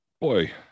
boy